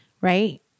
right